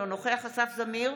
אינו נוכח אסף זמיר,